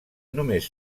només